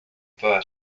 toda